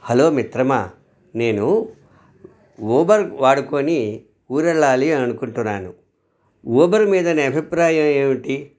hello మిత్రమా నేను Uber వాడుకుని ఊరెళ్ళాలి అని అనుకుంటున్నాను ఊబర్ మీద నీ అభిప్రాయం ఏమిటి